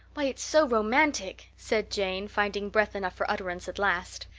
why, it's so romantic! said jane, finding breath enough for utterance at last.